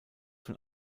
von